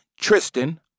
Tristan